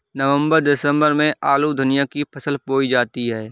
नवम्बर दिसम्बर में आलू धनिया की फसल बोई जाती है?